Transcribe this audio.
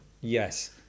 Yes